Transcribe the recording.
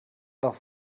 doch